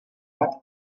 bat